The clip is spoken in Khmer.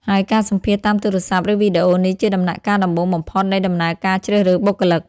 ហើយការសម្ភាសន៍តាមទូរស័ព្ទ ឬវីដេអូនេះជាដំណាក់កាលដំបូងបំផុតនៃដំណើរការជ្រើសរើសបុគ្គលិក។